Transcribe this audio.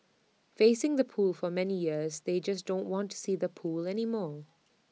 facing the pool for many years they just don't want to see the pool anymore